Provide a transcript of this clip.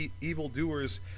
evildoers